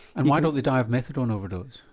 and why don't they die of methadone overdose?